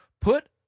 put